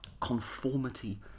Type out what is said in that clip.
conformity